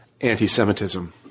anti-Semitism